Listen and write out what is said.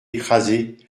écrasé